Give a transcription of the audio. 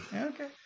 okay